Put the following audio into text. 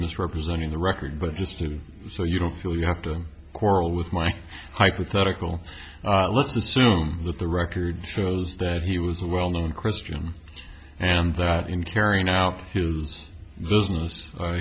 misrepresenting the record but just to so you don't feel you have to quarrel with my hypothetical let's assume that the record shows that he was a well known christian and that in carrying out his business